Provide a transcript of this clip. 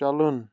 چلُن